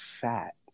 fat